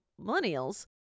millennials